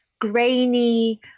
grainy